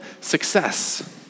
success